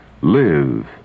Live